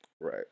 Right